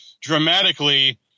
dramatically